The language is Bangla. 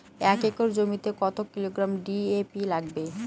এক একর জমিতে কত কিলোগ্রাম ডি.এ.পি লাগে?